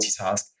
multitask